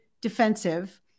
defensive